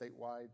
statewide